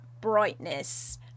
brightness